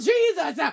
Jesus